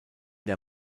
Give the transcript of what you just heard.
der